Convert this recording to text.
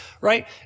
right